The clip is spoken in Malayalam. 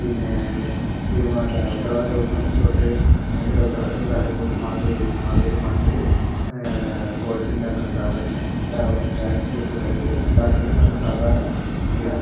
പിന്നെ തിരുവോണം ഉത്രാട ദിവസം തൊട്ട് അതിൻ്റെ ഉത്രാടത്തിൻ്റെ തലേദിവസം മാതോരു വെക്കും മാതോരു മണ്ണിൽ കുഴച്ചുണ്ടാക്കുന്ന സാധാരണ ഉണ്ടാ അതിൻ്റെ അച്ചിലൊക്കെ ഉണ്ടാക്കി ഉണ്ടാക്കുകയാണ് നമ്മൾ സാധാരണ ചെയ്യാറ്